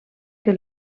que